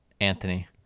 Anthony